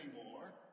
anymore